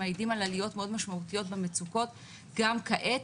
הם מעידים על עליות מאוד משמעותיות במצוקות גם כעת,